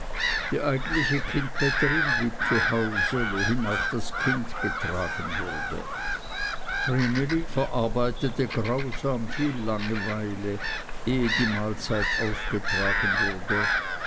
die eigentliche kindbetterin blieb zu hause wohin auch das kind getragen wurde vreneli verarbeitete grausam viel langeweile ehe die mahlzeit aufgetragen wurde